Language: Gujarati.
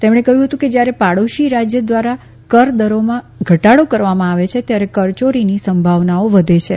તેમણે જણાવ્યું હતું કે જયારે પાડોશી રાજય દ્વારા કર દરોમાં ઘટાડો કરવામાં આવે છે ત્યારે કરચોરીની સંભાવનાઓ વધે છે